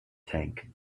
tank